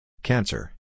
Cancer